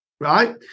right